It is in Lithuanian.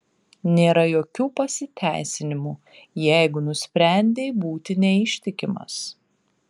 nėra jokių pasiteisinimų jeigu nusprendei būti neištikimas